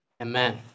Amen